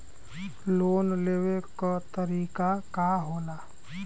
Loan लेवे क तरीकाका होला?